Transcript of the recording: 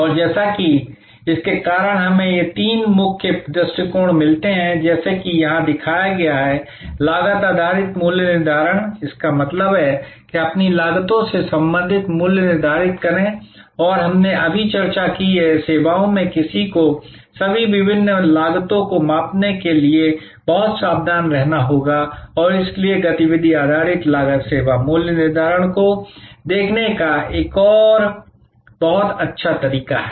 और जैसा कि इसके कारण हमें ये तीन मुख्य दृष्टिकोण मिलते हैं जैसे कि यहाँ दिखाया गया है लागत आधारित मूल्य निर्धारण इसका मतलब है कि अपनी लागतों से संबंधित मूल्य निर्धारित करें और हमने अभी चर्चा की है कि सेवाओं में किसी को सभी विभिन्न लागतों को मापने के लिए बहुत सावधान रहना होगा और इसलिए गतिविधि आधारित लागत सेवा मूल्य निर्धारण को देखने का एक बहुत अच्छा तरीका है